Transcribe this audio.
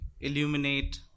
illuminate